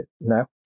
now